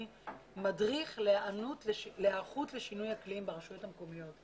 מדריך להיערכות לשינוי אקלים ברשויות המקומיות.